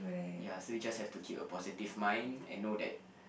ya so you just have to keep a positive mind and know that